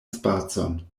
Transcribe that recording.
spacon